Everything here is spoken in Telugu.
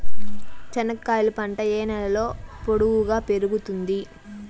చెనక్కాయలు పంట ఏ నేలలో పొడువుగా పెరుగుతుంది?